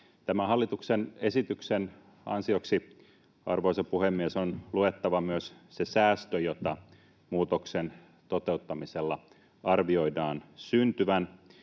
Tämän hallituksen esityksen ansioksi, arvoisa puhemies, on luettava myös se säästö, jota muutoksen toteuttamisella arvioidaan syntyvän